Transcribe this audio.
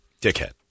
Dickhead